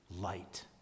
light